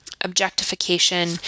objectification